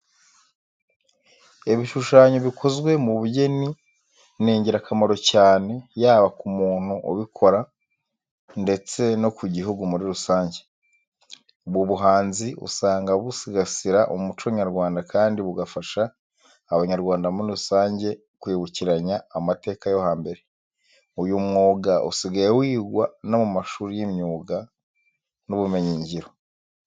Ibishushanyo bikozwe mu bugeni ni ingirakamaro cyane yaba ku muntu ubikora ndetse no ku gihugu muri rusange. Ubu buhanzi usanga busigasira umuco nyarwanda kandi bugafasha abanyarwanda muri rusange kwibukiranya amateka yo hambere. Uyu mwuga usigaye wigwa no mu mashuri y'imyuga n'ubumenyingiro.